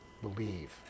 believe